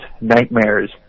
nightmares